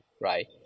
right